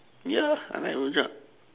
ya I like rojak